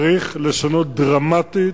צריך לשנות דרמטית